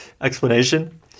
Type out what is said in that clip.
Explanation